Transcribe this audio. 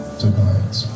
tonight